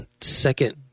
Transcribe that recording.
second